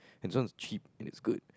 and this one is cheap and it's good